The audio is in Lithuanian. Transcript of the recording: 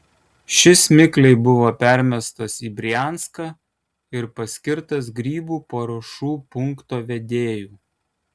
šis mikliai buvo permestas į brianską ir paskirtas grybų paruošų punkto vedėju